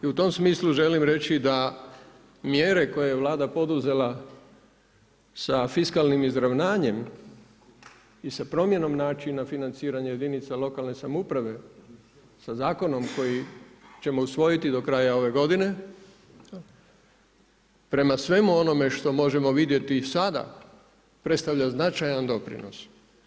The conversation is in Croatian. I u tom smislu želim reći da mjere koji je Vlada poduzela, sa fiskalnim izravnanjem i sa promjenom načina financiranja jedinica lokalne samouprave, sa zakonom koji ćemo usvojiti do kraja ove godine, prema svemu onome što možemo vidjeti i sada, predstavlja značajan doprinos.